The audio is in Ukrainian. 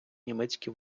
німецькі